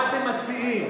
מה אתם מציעים?